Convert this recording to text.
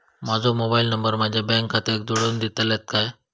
माजो mobile number माझ्या bank खात्याक जोडून दितल्यात काय?